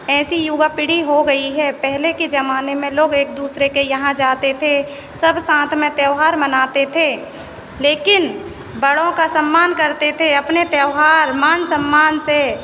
ऐसी युवा पीढ़ी हो गई है पहले के जमाने में लोग एक दूसरे के यहाँ जाते थे सब साथ में त्यौहार मनाते थे लेकिन बड़ों का सम्मान करते थे अपने त्योहार मान सम्मान से